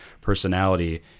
personality